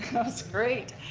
great.